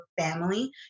family